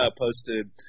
posted